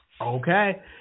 Okay